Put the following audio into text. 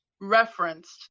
referenced